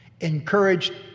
Encouraged